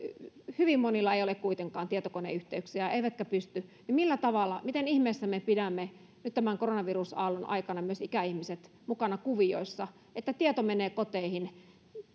hyvin monilla ei ole kuitenkaan tietokoneyhteyksiä eivätkä pysty olemaan siellä mukana millä tavalla miten ihmeessä me pidämme nyt tämän koronavirusaallon aikana myös ikäihmiset mukana kuvioissa että tieto menee koteihin